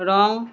ৰং